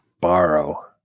borrow